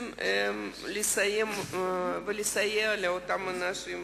לא הצלחתם הרבה לסייע לאותם אנשים.